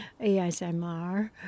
ASMR